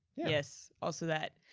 yes, also that.